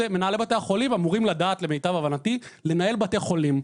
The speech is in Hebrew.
מנהלי בתי החולים אמורים לדעת למיטב הבנתי לנהל בתי חולים.